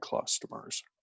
customers